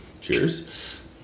Cheers